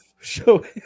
Show